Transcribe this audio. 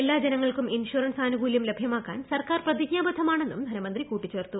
എല്ലാ ജനങ്ങൾക്കും ഇൻഷറൻസ് ആനുകൂലൃം ലഭ്യമാക്കാൻ സർക്കാർ പ്രതിജ്ഞാബദ്ധമാണെന്നും ധനമന്ത്രി കൂട്ടിച്ചേർത്തു